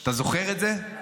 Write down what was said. אתה זוכר את זה?